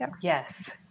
Yes